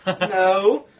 No